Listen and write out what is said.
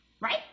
right